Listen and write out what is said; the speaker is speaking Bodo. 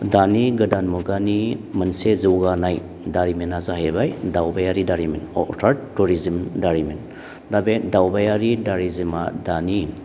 दानि गोदान मुगानि मोनसे जौगानाय दारिमिना जाहैबाय दावबायारि दारिमिन अरथाथ टुरिजिम दारिमिन दा बे दावबायारि दारिजोमा दानि